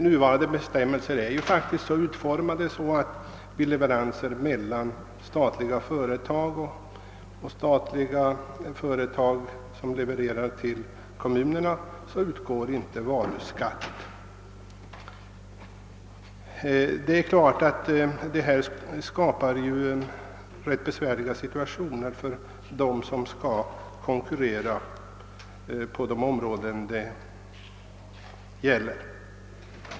Nuvarande bestämmelser är faktiskt så utformade, att vid leveranser mellan statliga eller kommunala företag och annan statlig eller kommunal inrättning utgår inte varuskatt. Detta skapar självfallet besvärliga situationer för dem som skall konkurrera på ifrågavarande områden.